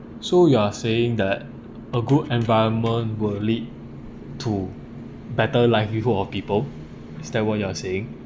so you are saying that a good environment will lead to better livelihood of people is that what you are saying